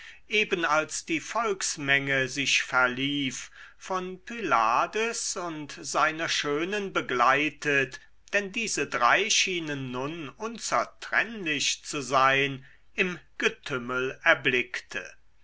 eben als die volksmenge sich verlief von pylades und seiner schönen begleitet denn diese drei schienen nun unzertrennlich zu sein im getümmel erblickte